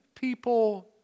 people